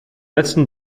letzten